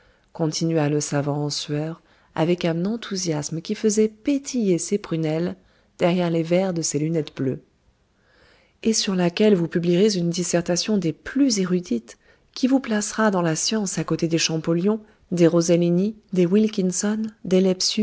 continua le savant en sueur avec un enthousiasme qui faisait pétiller ses prunelles derrière les verres de ses lunettes bleues et sur laquelle vous publierez une dissertation des plus érudites qui vous placera dans la science à côté des champollion des rosellini des wilkinson